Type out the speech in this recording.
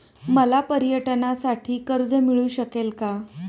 मला पर्यटनासाठी कर्ज मिळू शकेल का?